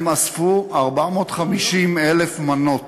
הם אספו 450,000 מנות